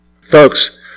Folks